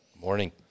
Morning